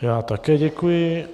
Já také děkuji.